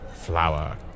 flower